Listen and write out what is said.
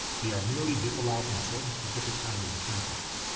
they are merely disallowed from certain specific kinds of infringements.